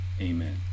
amen